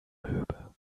amöbe